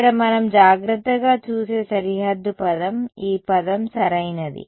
ఇక్కడ మనం జాగ్రత్తగా చూసే సరిహద్దు పదం ఈ పదం సరైనది